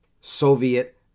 Soviet